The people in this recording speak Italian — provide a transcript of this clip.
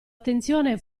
attenzione